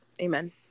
Amen